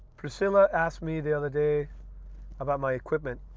priscilla asked me the other day about my equipment.